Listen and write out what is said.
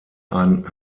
ein